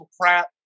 crap